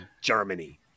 Germany